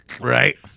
Right